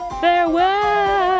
Farewell